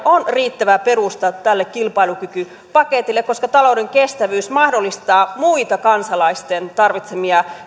on riittävä perusta tälle kilpailukykypaketille koska talouden kestävyys mahdollistaa muita kansalaisten tarvitsemia asioita